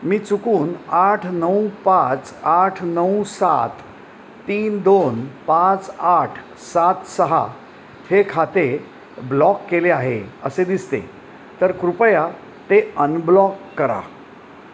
मी चुकून आठ नऊ पाच आठ नऊ सात तीन दोन पाच आठ सात सहा हे खाते ब्लॉक केले आहे असे दिसते तर कृपया ते अनब्लॉक करा